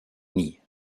nie